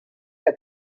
que